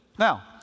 Now